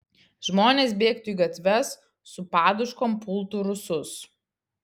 žmonės bėgtų į gatves su paduškom pultų rusus